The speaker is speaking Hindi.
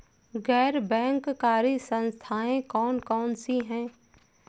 गैर बैंककारी संस्थाएँ कौन कौन सी हैं?